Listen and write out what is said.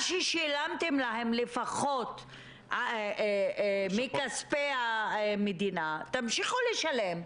מה ששילמתם לפחות מכספי המדינה, תמשיכו לשלם.